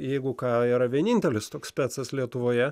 jeigu ką yra vienintelis toks specas lietuvoje